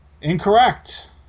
Incorrect